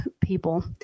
people